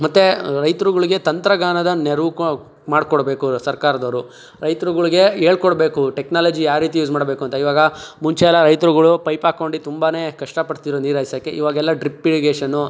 ಮತ್ತೆ ರೈತ್ರುಗಳಿಗೆ ತಂತ್ರಜ್ಞಾನದ ನೆರವು ಕೊ ಮಾಡ್ಕೊಡ್ಬೇಕು ಸರ್ಕಾರದವರು ರೈತ್ರುಗಳಿಗೆ ಹೇಳ್ಕೊಡ್ಬೇಡಬೇಕು ಟೆಕ್ನಾಲಜಿ ಯಾವ ರೀತಿ ಯೂಸ್ ಮಾಡಬೇಕು ಅಂತ ಇವಾಗ ಮುಂಚೆ ಎಲ್ಲ ರೈತರುಗಳು ಪೈಪಾಕ್ಕೊಂಡಿ ತುಂಬನೇ ಕಷ್ಟಪಡ್ತಿದ್ರು ನೀರಾಯ್ಸೊಕ್ಕೆ ಇವಾಗೆಲ್ಲ ಡ್ರಿಪ್ ಇರಿಗೇಷನ್ನು